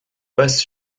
passe